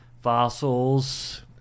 fossils